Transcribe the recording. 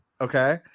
okay